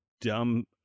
dumb